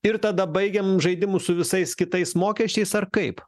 ir tada baigiam žaidimus su visais kitais mokesčiais ar kaip